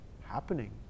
happening